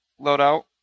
loadout